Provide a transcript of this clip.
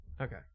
Okay